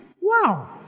Wow